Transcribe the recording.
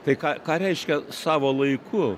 tai ką ką reiškia savo laiku